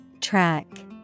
Track